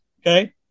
Okay